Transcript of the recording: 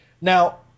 Now